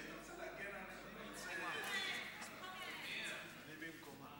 אני במקומה.